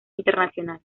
internacional